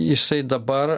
jisai dabar